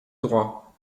droit